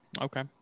Okay